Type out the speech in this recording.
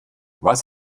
was